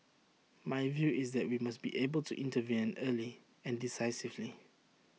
my view is that we must be able to intervene an early and decisively